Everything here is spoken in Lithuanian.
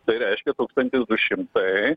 tai reiškia tūkstantis du šimtai